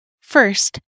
First